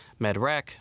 MedRec